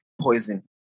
poison